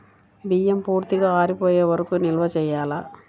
బియ్యం పూర్తిగా ఆరిపోయే వరకు నిల్వ చేయాలా?